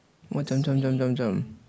what jump jump jump jump jump